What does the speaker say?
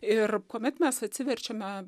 ir kuomet mes atsiverčiame